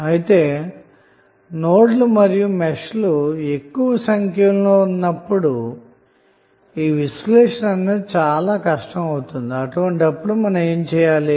అయితే నోడ్లు మరియు మెష్లు ఎక్కువ సంఖ్య లో ఉన్నప్పుడు మాత్రం ఈ విశ్లేషణ చాలా కష్టం అవుతుంది అటువంటప్పుడు ఏమి చేయాలి